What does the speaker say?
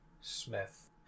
Smith